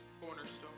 cornerstone